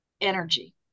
energy